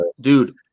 Dude